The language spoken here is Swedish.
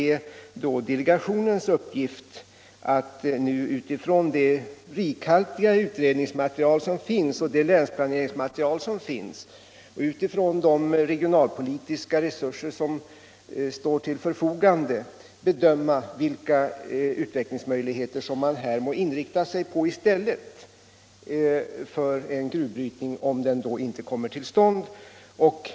Det är delegationens uppgift att utifrån det rikhaltiga utredningsmaterial och den länsplanering som finns och utifrån de regionalpolitiska resurser som står till förfogande bedöma vilka utvecklingsmöjligheter som man här skall inrikta sig på i stället för en gruvbrytning, om en sådan inte kommer till stånd.